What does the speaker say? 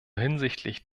hinsichtlich